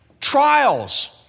Trials